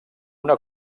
una